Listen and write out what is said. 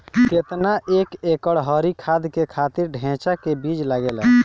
केतना एक एकड़ हरी खाद के खातिर ढैचा के बीज लागेला?